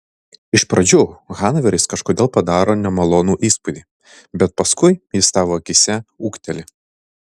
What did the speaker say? iš pradžių hanoveris kažkodėl padaro nemalonų įspūdį bet paskui jis tavo akyse ūgteli